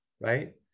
right